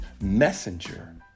messenger